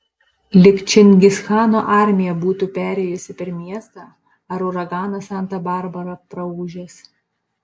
lyg čingischano armija būtų perėjusi per miestą ar uraganas santa barbara praūžęs